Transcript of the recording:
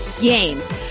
Games